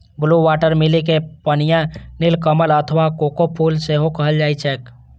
blue water lily कें पनिया नीलकमल अथवा कोका फूल सेहो कहल जाइ छैक